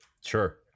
Sure